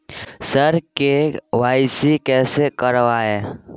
sir KYC कैसे करवाएं